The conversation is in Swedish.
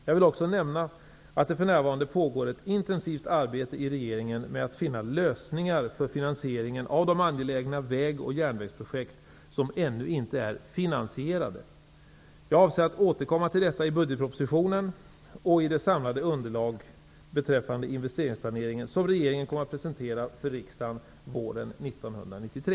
Jag vill också nämna att det för närvarande pågår ett intensivt arbete i regeringen med att finna lösningar för finansieringen av de angelägna vägoch järnvägsprojekt som ännu inte är finansierade. Jag avser att återkomma till detta i budgetpropositionen och i det samlade underlag beträffande investeringsplaneringen som regeringen kommer att presentera för riksdagen våren 1993.